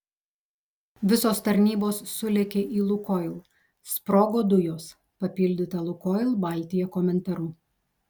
visos tarnybos sulėkė į lukoil sprogo dujos papildyta lukoil baltija komentaru